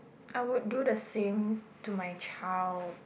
I would do the same to my child